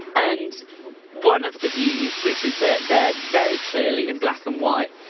and one of the views, which is that that very clearly in black and white,